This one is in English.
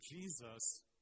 Jesus